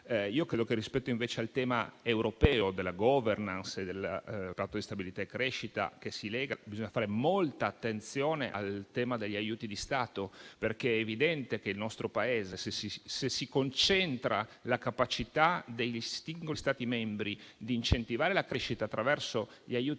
Credo che invece rispetto al tema europeo della *governance* e del Patto di stabilità e crescita che si lega, bisogni fare molta attenzione al tema degli aiuti di Stato, perché è evidente che concentrare la capacità dei singoli Stati membri di incentivare la crescita attraverso gli aiuti di Stato